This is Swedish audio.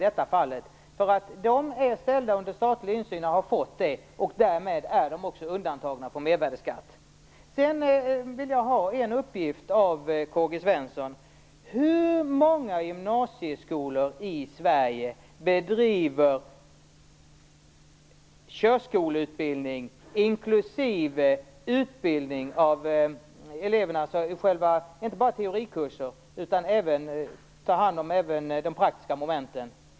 De är ställda under statlig insyn och därmed är de också undantagna från mervärdesskatt. Jag skulle vilja ha en uppgift av K-G Svenson: Hur många gymnasieskolor i Sverige bedriver körskoleutbildning? Jag avser då inte bara teorikurser utan även de praktiska momenten.